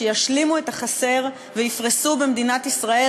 שישלימו את החסר ויפרסו במדינת ישראל